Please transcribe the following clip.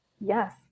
Yes